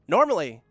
Normally